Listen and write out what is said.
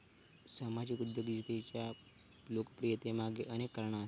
सामाजिक उद्योजकतेच्या लोकप्रियतेमागे अनेक कारणा आसत